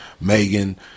Megan